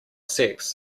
sex